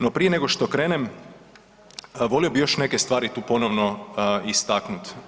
No prije nego što krenem volio bih još neke stvari tu ponovno istaknuti.